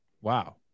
wow